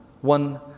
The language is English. One